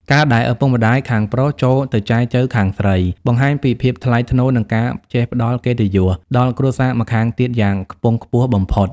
ការដែលឪពុកម្ដាយខាងប្រុសចូលទៅចែចូវខាងស្រី បង្ហាញពី "ភាពថ្លៃថ្នូរ និងការចេះផ្ដល់កិត្តិយស" ដល់គ្រួសារម្ខាងទៀតយ៉ាងខ្ពង់ខ្ពស់បំផុត។